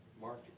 Mark